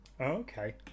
okay